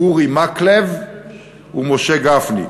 אורי מקלב ומשה גפני,